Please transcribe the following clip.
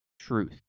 truth